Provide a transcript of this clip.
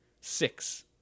Six